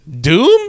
Doom